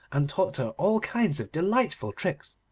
and taught her all kinds of delightful tricks.